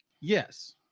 Yes